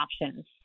options